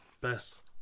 best